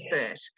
expert